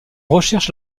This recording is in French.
recherche